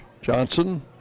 Johnson